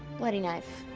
bloody knife,